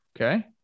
okay